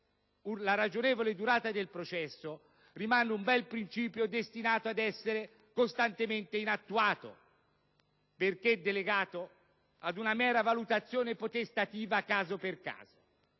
la ragionevole durata del processo rimane un bel principio destinato ad essere costantemente inattuato, perché delegato ad una mera valutazione potestativa caso per caso.